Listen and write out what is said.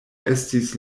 estis